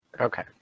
Okay